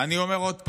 אני אומר עוד פעם: